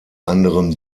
anderem